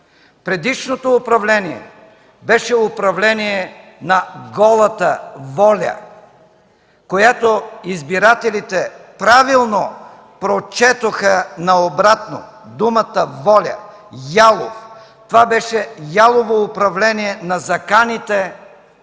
Предишното управление беше управление на голата воля, която избирателите правилно прочетоха на обратно: думата „воля“ – „ялов“. Това беше ялово управление на заканите,